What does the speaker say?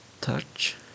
touch